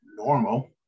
Normal